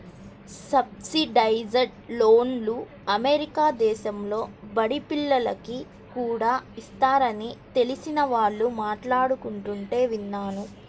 subsidised లోన్లు America దేశంలో బడి పిల్లోనికి కూడా ఇస్తారని తెలిసిన వాళ్ళు మాట్లాడుకుంటుంటే విన్నాను